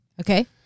Okay